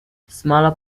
smaller